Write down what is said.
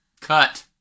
Cut